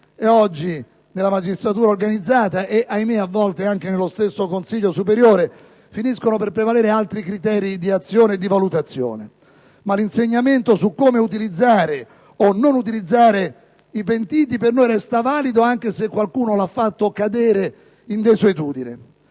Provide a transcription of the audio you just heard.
oggi nella magistratura organizzata e - ahimè! - a volte anche nello stesso Consiglio superiore della magistratura finiscono per prevalere altri criteri di azione e di valutazione; ma l'insegnamento su come utilizzare o non utilizzare i pentiti per noi resta valido anche se qualcuno lo ha fatto cadere in desuetudine.